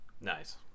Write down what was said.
Nice